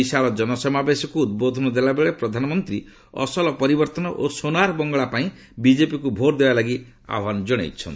ବିଶାଳ ଜନସମାବେଶକ୍ତ ଉଦ୍ବୋଧନ ଦେଲାବେଳେ ପ୍ରଧାନମନ୍ତ୍ରୀ ଅସଲ ପରିବର୍ତ୍ତନ ଓ ସୋନାର ବଙ୍ଗଲା ପାଇଁ ବିଜେପିକୁ ଭୋଟ୍ ଦେବା ଲାଗି ଆହ୍ବାନ ଜଣାଇଛନ୍ତି